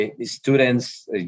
students